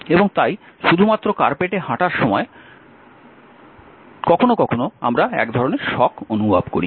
এবং তাই শুধুমাত্র কার্পেটে হাঁটার করার সময় কখনও কখনও আমরা একধরনের শক অনুভব করি